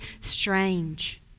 strange